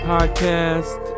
Podcast